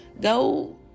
go